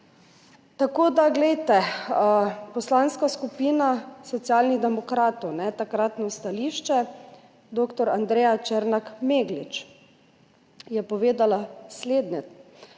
stopnje. Poslanska skupina Socialnih demokratov, takratno stališče, dr. Andreja Črnak Meglič je povedala slednje: